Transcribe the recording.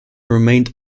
remained